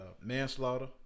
manslaughter